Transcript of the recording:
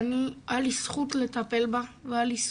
והיה לי זכות לטפל בה והיה לי זכות,